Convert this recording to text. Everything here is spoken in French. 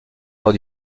lors